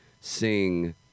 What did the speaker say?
sing